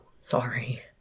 sorry